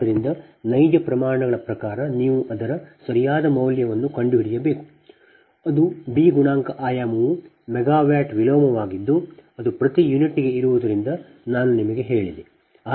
ಆದ್ದರಿಂದ ನೈಜ ಪ್ರಮಾಣಗಳ ಪ್ರಕಾರ ನೀವು ಅದರ ಸರಿಯಾದ ಮೌಲ್ಯವನ್ನು ಕಂಡುಹಿಡಿಯಬೇಕು ಅದು Bಬಿ ಗುಣಾಂಕ ಆಯಾಮವು ಮೆಗಾವಾಟ್ ವಿಲೋಮವಾಗಿದ್ದು ಅದು ಪ್ರತಿ ಯೂನಿಟ್ಗೆ ಇರುವುದರಿಂದ ನಾನು ನಿಮಗೆ ಹೇಳಿದೆ